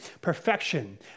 perfection